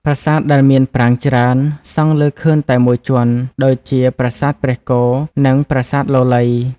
ប្រាសាទដែលមានប្រាង្គច្រើន សង់លើខឿនតែមួយជាន់ ដូចជាប្រាសាទព្រះគោ និងប្រាសាទលលៃ។